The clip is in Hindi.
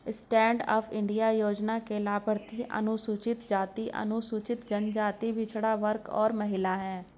स्टैंड अप इंडिया योजना के लाभार्थी अनुसूचित जाति, अनुसूचित जनजाति, पिछड़ा वर्ग और महिला है